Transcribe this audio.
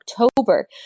October